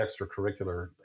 extracurricular